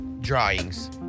drawings